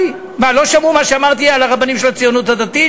לא שמעו מה שאמרתי על הרבנים של הציונות הדתית,